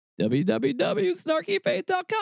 www.snarkyfaith.com